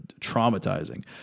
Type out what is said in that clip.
traumatizing